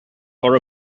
for